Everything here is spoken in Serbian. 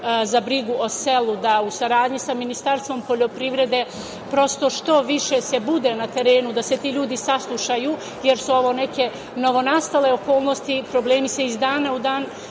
za brigu o selu, da u saradnji sa Ministarstvom poljoprivrede, prosto što više se bude na terenu, da se ti ljudi saslušaju jer su ovo neke novonastale okolnosti i problemi se iz dana u dan